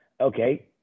Okay